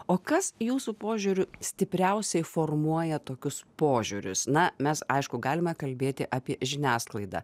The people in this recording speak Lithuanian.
o kas jūsų požiūriu stipriausiai formuoja tokius požiūrius na mes aišku galime kalbėti apie žiniasklaidą